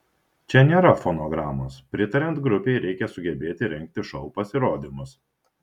čia nėra fonogramos pritariant grupei reikia sugebėti rengti šou pasirodymus